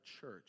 church